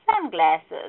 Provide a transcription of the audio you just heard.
sunglasses